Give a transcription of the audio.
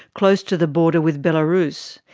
close to the border with belarus.